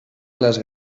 les